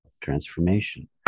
transformation